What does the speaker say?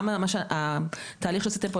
גם התהליך שעשיתם פה,